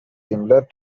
similar